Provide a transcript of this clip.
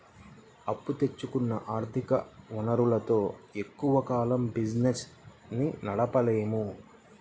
అప్పు తెచ్చుకున్న ఆర్ధిక వనరులతో ఎక్కువ కాలం బిజినెస్ ని నడపలేము